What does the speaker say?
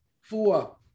Four